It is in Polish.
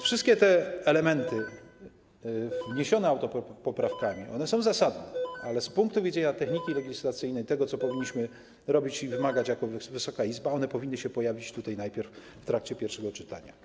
Wszystkie te elementy wniesione autopoprawkami są zasadne, ale z punktu widzenia techniki legislacyjnej, tego, co powinniśmy robić i wymagać jako Wysoka Izba, one powinny się pojawić w trakcie pierwszego czytania.